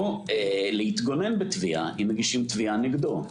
או להתגונן בתביעה אם מגישים תביעה נגדו.